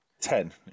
Ten